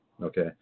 Okay